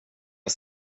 jag